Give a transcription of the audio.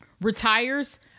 retires